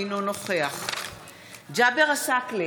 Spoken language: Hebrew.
אינו נוכח ג'אבר עסאקלה,